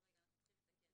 אנחנו צריכים לתקן,